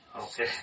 Okay